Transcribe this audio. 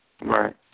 Right